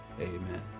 Amen